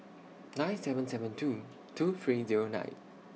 nine seven seven two two three Zero nine